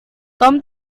tom